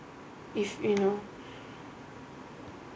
if you know